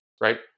right